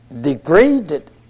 degraded